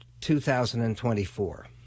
2024